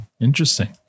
interesting